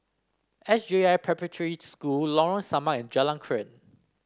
S J I Preparatory School Lorong Samak and Jalan Krian